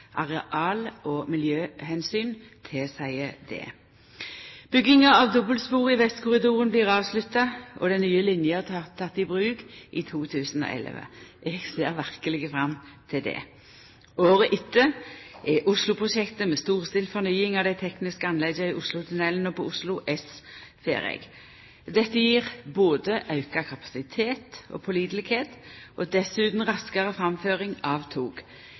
Areal- og miljøomsyn tilseier det. Bygginga av dobbeltspor i Vestkorridoren blir avslutta, og den nye linja blir teken i bruk i 2011. Eg ser verkeleg fram til det. Året etter er Osloprosjektet, med storstilt fornying av dei tekniske anlegga i Oslotunnelen og på Oslo S, ferdig. Dette gjev både auka kapasitet og pålitelegheit og dessutan raskare framføring av